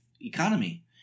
economy